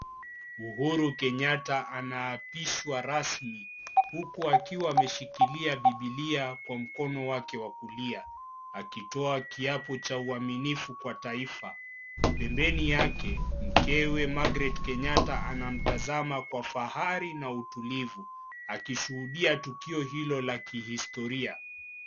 Uhuru Kenyatta anaapishwa rasmi huku akiwa ameshikilia bibilia akwa mkono wa kulia akitoa kiapo cha uaminifu kwa taifa. Pembeni yake mkewe Margaret Kenyatta anamtazama kwa fahari na utulivu akishuhudia tukio hilo la kihistoria.